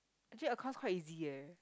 actually accounts quite easy leh